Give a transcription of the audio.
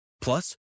Plus